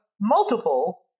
multiple